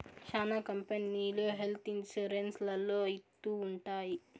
శ్యానా కంపెనీలు health insurance లలో ఇత్తూ ఉంటాయి